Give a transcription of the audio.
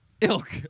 Ilk